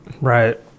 Right